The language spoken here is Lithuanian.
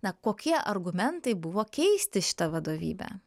na kokie argumentai buvo keisti šitą vadovybę